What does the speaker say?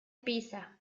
pisa